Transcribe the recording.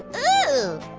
ooh,